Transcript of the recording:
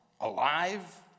alive